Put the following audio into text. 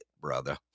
brother